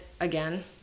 again